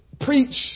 preach